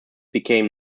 became